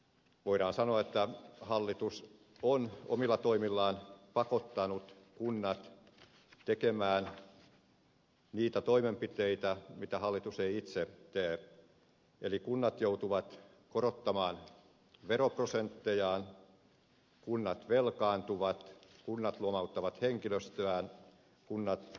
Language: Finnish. voidaan sanoa että hallitus on omilla toimillaan pakottanut kunnat tekemään niitä toimenpiteitä mitä hallitus ei itse tee eli kunnat joutuvat korottamaan veroprosenttejaan kunnat velkaantuvat kunnat lomauttavat henkilöstöään kunnat leikkaavat palvelujaan